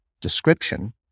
description